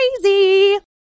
crazy